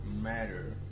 matter